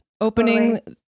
opening